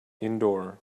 indoor